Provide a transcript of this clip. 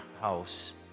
house